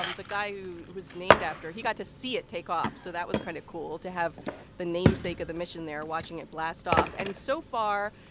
um the guy who it was named after, he got to see it take off. so that was kind of cool, to have the namesake of the mission there watching it blast off. and so far,